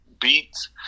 beats